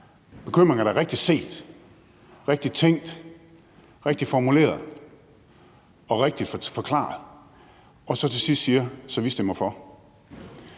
jeg synes er rigtigt set, rigtigt tænkt, rigtigt formuleret og rigtigt forklaret – men så til sidst siger: Vi stemmer for.